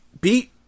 beat